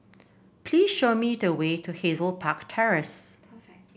please show me the way to Hazel Park Terrace